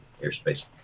airspace